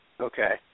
Okay